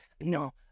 no